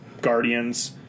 Guardians